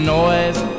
noise